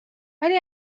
ولی